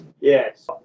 Yes